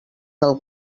del